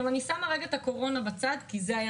אני שמה רגע את הקורונה בצד כי זה היה